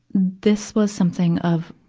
this was something of,